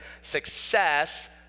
success